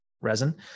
resin